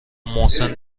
محسن